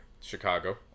Chicago